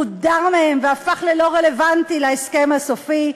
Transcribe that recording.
הוא הודר מהן והפך ללא-רלוונטי להסכם הסופי.